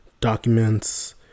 documents